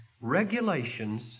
regulations